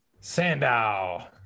Sandow